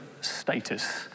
status